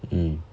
mm